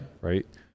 right